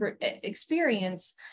experience